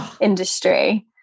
industry